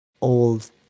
old